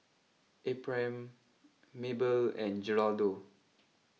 Ephraim Maybelle and Geraldo